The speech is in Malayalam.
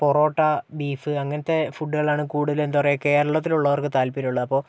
പൊറോട്ട ബീഫ് അങ്ങനത്തെ ഫുഡുകളാണ് കൂടുതല് എന്താ പറയുക കേരളത്തില് ഉള്ളവര്ക്ക് താത്പര്യം ഉള്ളത് അപ്പോൾ